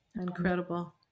Incredible